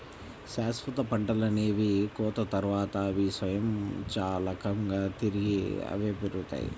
శాశ్వత పంటలనేవి కోత తర్వాత, అవి స్వయంచాలకంగా తిరిగి అవే పెరుగుతాయి